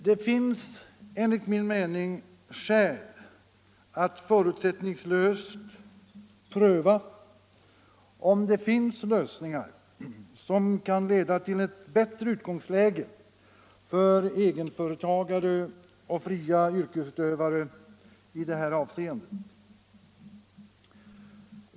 Man har enligt min mening skäl att förutsättningslöst pröva om det finns lösningar som kan leda till ett bättre utgångsläge för egenföretagare och fria yrkesutövare i detta avseende.